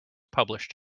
published